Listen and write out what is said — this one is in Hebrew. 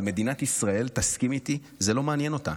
אבל מדינת ישראל, תסכים איתי, זה לא מעניין אותה.